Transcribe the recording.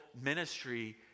ministry